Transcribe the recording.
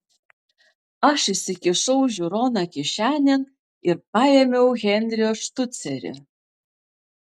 aš įsikišau žiūroną kišenėn ir paėmiau henrio štucerį